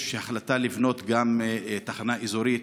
יש החלטה לבנות גם תחנה אזורית